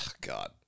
God